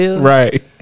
Right